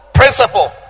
principle